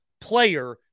player